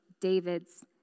Davids